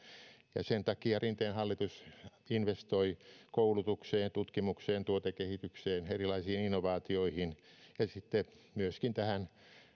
ja sen takia rinteen hallitus investoi koulutukseen tutkimukseen tuotekehitykseen erilaisiin innovaatioihin ja sitten myöskin tähän